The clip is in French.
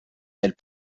elle